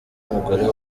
umugore